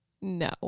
No